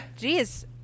Jeez